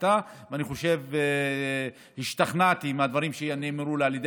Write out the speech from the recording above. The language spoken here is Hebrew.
ואני חושב שהשתכנעתי מהדברים שנאמרו לי על ידי